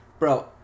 Bro